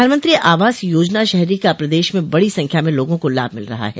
प्रधानमंत्री आवास योजना शहरी का प्रदश में बड़ी संख्या में लोगों को लाभ मिल रहा है